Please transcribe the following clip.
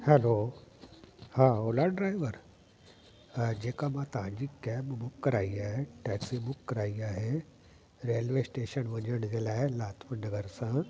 hello हा Ola driver हा जेका मां तव्हांजी कैब बु बुक कराई आहे टेक्सी बुक कराई आहे रेलवे स्टेशन वञण जे लाइ लाजपत नगर सां